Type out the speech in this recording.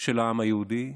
של העם היהודי,